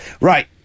Right